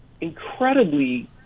incredibly